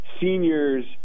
seniors